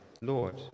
Lord